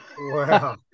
Wow